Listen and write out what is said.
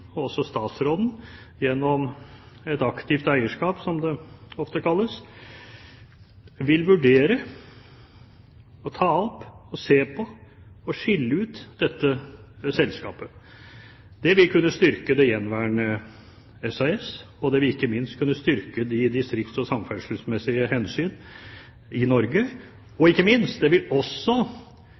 og statsråden gjennom et aktivt eierskap, som det ofte kalles, vil vurdere å ta opp og se på å skille ut dette selskapet. Det vil kunne styrke det gjenværende SAS, det vil også kunne styrke de distrikts- og samferdselsmessige hensyn i Norge, og ikke minst vil det også